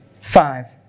Five